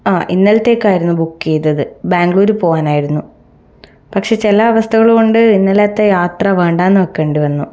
ആ ഇന്നലത്തേക്കായിരുന്നു ബുക്ക് ചെയ്തത് ബാംഗ്ലൂർ പോകാനായിരുന്നു പക്ഷെ ചില അവസ്ഥകൾ കൊണ്ട് ഇന്നലത്തെ യാത്ര വേണ്ടാന്ന് വെക്കേണ്ടി വന്നു